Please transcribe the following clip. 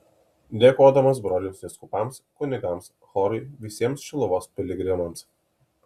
dėkodamas broliams vyskupams kunigams chorui visiems šiluvos piligrimams